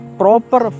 proper